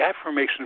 affirmation